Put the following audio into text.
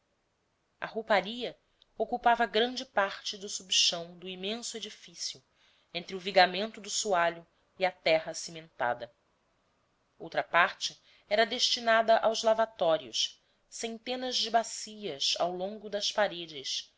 a rouparia ocupava grande parte do subchão do imenso edifício entre o vigamento do soalho e a terra cimentada outra parte era destinada aos lavatórios centenas de bacias ao longo das paredes